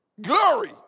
Glory